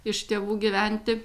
iš tėvų gyventi